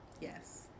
Yes